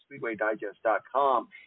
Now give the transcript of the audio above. SpeedwayDigest.com